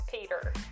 Peter